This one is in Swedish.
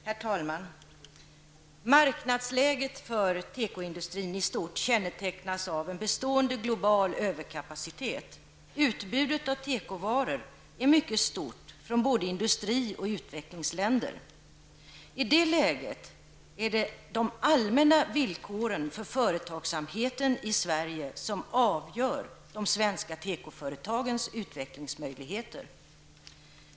Herr talman! Marknadsläget för tekoindustrin i stort kännetecknas av en bestående global överkapacitet. Utbudet av tekovaror är mycket stort från både industri och utvecklingsländer. I det läget är det de allmänna villkoren för företagssamheten i Sverige som avgör de svenska tekoföretagens utvecklingsmöjligheter.